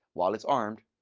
while it's armed,